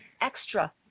extra